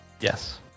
yes